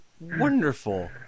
Wonderful